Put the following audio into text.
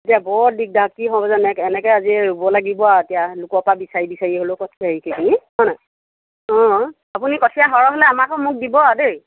এতিয়া বৰ দিগদাৰ কি হ'ব জানো এনেকৈ আজি ৰুব লাগিব আৰু এতিয়া লোকৰ পৰা বিচাৰি বিচাৰি হ'লেও সেইখিনি হয় নাই অ আপুনি কঠীয়া সৰহ হ'লে আমাকো মোক দিব আৰু দেই